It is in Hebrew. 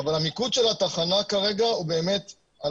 אבל המיקוד של התחנה כרגע הוא באמת על